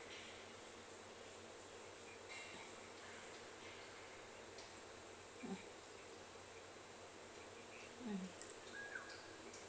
mm mm